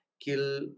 kill